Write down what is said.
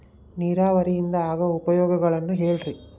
ನೇರಾವರಿಯಿಂದ ಆಗೋ ಉಪಯೋಗಗಳನ್ನು ಹೇಳ್ರಿ